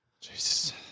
Jesus